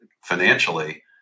financially